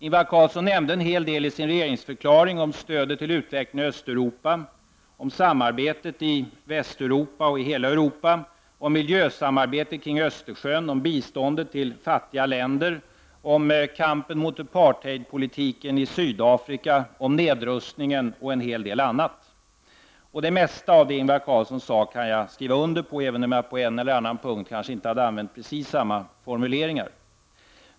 Ingvar Carlsson nämnde en hel del i regeringsförklaringen om stödet till utvecklingen av Östeuropa, om samarbete i Västeuropa och hela Europa, om miljösamarbete kring Östersjön, om bistånd till fattiga länder, om kampen mot apartheidpolitiken i Sydafrika, om nedrustningen och en hel del annat. Och det mesta som Ingvar Carlsson sade kan jag skriva under på, även om jag på en eller annan punkt kanske inte hade använt precis samma formuleringar.